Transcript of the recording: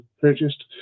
purchased